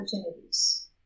opportunities